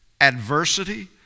adversity